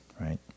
right